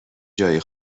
جای